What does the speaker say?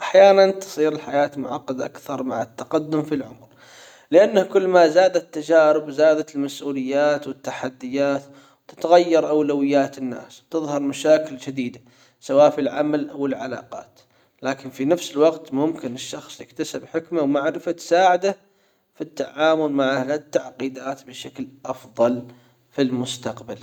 احيانا تصير الحياة معقدة اكثر مع التقدم في العمر لأنه كل ما زادت تجارب زادت المسؤوليات والتحديات وتتغير اولويات الناس وتظهر مشاكل شديدة سواء في العمل او العلاقات لكن في نفس الوقت ممكن الشخص يكتسب حكمة ومعرفة تساعده في التعامل مع هالتعقيدات بشكل افضل في المستقبل.